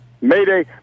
Mayday